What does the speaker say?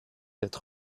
être